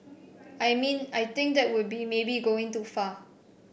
I mean I think that would be maybe going too far